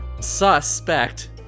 suspect